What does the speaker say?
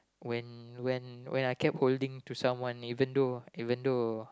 when when when I can holding even though even though